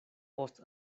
post